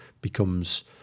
becomes